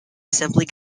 simply